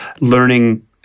learning